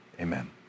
amen